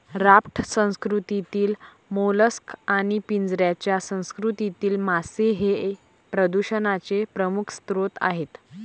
raft संस्कृतीतील मोलस्क आणि पिंजऱ्याच्या संस्कृतीतील मासे हे प्रदूषणाचे प्रमुख स्रोत आहेत